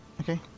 Okay